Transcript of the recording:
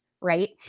right